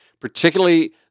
particularly